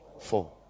Four